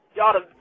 Y'all